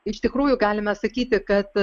iš tikrųjų galime sakyti kad